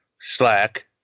Slack